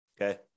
okay